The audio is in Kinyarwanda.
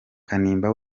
kanimba